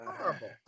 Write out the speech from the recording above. Horrible